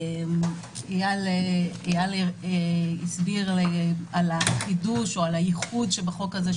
איל הסביר על החידוש או על הייחוד בחוק הזה,